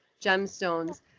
gemstones